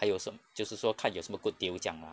还有什就是说看有什么 good deal 这样 lah